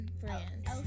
friends